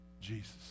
Jesus